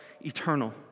eternal